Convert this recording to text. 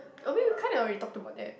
or maybe we kinda already talked about that